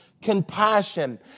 Compassion